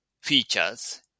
features